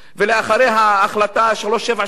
ולאחריה החלטה 373,